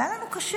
והיה לנו קשה,